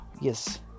yes